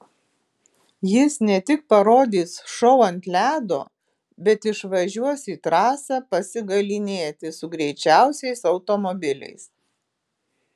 jis ne tik parodys šou ant ledo bet išvažiuos į trasą pasigalynėti su greičiausiais automobiliais